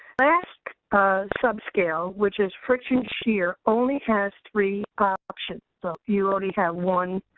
last um subscale, which is friction shear, only has three options. so you only have one,